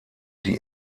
die